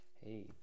hey